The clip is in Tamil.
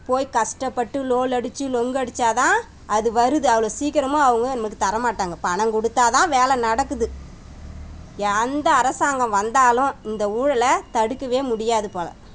போய் கஸ்டப்பட்டு லோல் அடிச்சு லொங்கடிச்சா தான் அது வருது அவ்வளோ சீக்கிரமாக அவங்க நமக்கு தர மாட்டாங்கள் பணம் கொடுத்தா தான் வேலை நடக்குது எந்த அரசாங்கம் வந்தாலும் இந்த ஊழலை தடுக்கவே முடியாது போல்